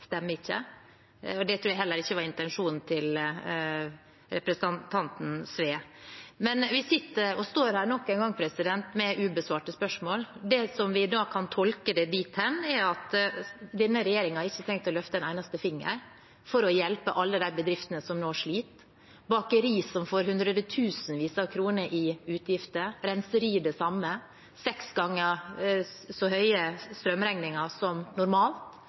var intensjonen til representanten Sve. Vi sitter og står her nok en gang med ubesvarte spørsmål. Vi kan da tolke det dithen at denne regjeringen ikke har tenkt å løfte en eneste finger for å hjelpe alle bedriftene som nå sliter – bakerier som får hundretusenvis av kroner i utgifter, det samme gjelder renserier – med seks ganger så høye strømregninger som normalt.